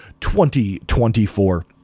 2024